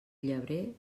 llebrer